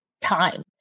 time